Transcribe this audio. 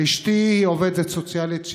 אשתי עובדת סוציאלית,